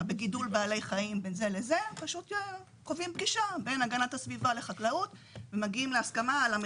היינו שמחים גם להוריד